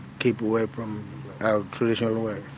keep away from our traditional way.